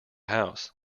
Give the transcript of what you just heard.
house